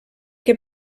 que